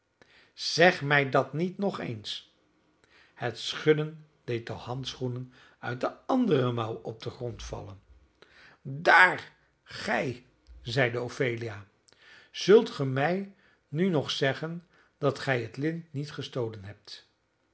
zeg mij dat niet nog eens het schudden deed de handschoenen uit de andere mouw op den grond vallen daar gij zeide ophelia zult ge mij nu nog zeggen dat gij het lint niet gestolen hebt